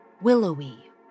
willowy